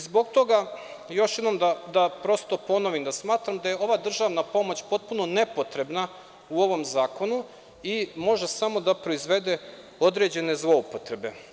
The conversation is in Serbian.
Zbog toga još jednom da prosto ponovim da smatram da je ova državna pomoć potpuno nepotrebna u ovom zakonu i može samo da proizvede određene zloupotrebe.